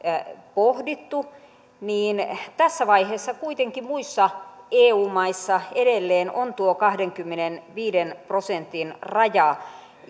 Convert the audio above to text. niin tässä vaiheessa kuitenkin muissa eu maissa edelleen on tuo kahdenkymmenenviiden prosentin raja